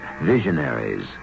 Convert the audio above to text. visionaries